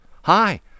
Hi